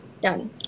Done